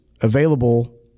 available